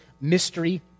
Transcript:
mystery